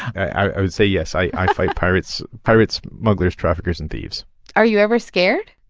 i would say yes. i fight pirates pirates, smugglers, traffickers and thieves are you ever scared?